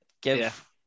Give